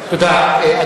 תודה.